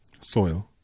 soil